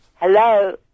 Hello